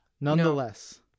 Nonetheless